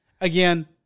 again